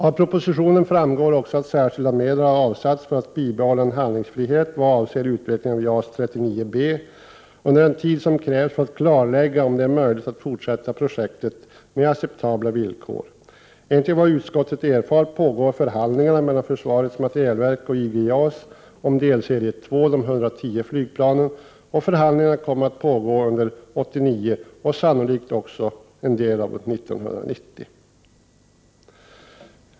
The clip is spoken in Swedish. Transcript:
Av propositionen framgår också att särskilda medel har avsatts för att bibehålla en handlingsfrihet vad avser utveckling av JAS 39B under den tid som krävs för att klarlägga om det är möjligt att fortsätta projektet med acceptabla villkor. Enligt vad utskottet erfar pågår förhandlingar mellan försvarets materielverk och IG JAS om delserie två som gäller 110 flygplan. Förhandlingarna kommer att pågå under år 1989 och sannolikt även under år 1990.